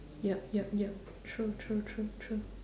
yup yup yup true true true true